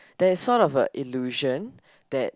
there is sort of a illusion that